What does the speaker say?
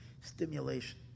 stimulation